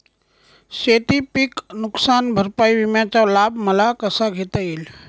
शेतीपीक नुकसान भरपाई विम्याचा लाभ मला कसा घेता येईल?